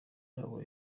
yabo